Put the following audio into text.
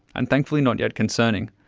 and thankfully not yet concerning.